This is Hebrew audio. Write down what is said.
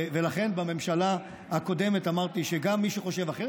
לכן בממשלה הקודמת אמרתי שגם מי שחושב אחרת,